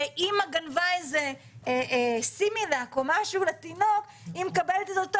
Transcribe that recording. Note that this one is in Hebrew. כאשר אימא גנבה סימילק או משהו לתינוק היא מקבלת את אותו